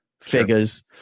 Figures